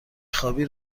خوابی